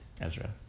Ezra